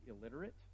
illiterate